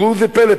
ראו זה פלא,